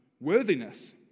worthiness